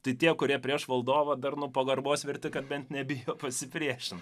tai tie kurie prieš valdovą dar nu pagarbos verti kad bent nebijo pasipriešint